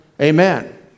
Amen